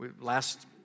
last